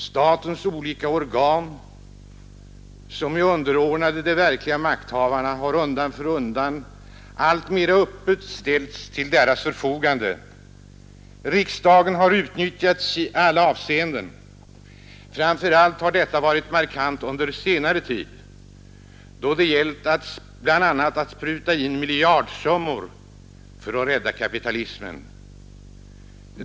Statens olika organ, som är underordnade de verkliga makthavarna, har alltmer öppet ställts till deras förfogande. Riksdagen har utnyttjats i alla avseenden, framför allt har detta varit markant under senare tid, då det gällt att bl.a. spruta in miljardsummor för att rädda kapitalismen.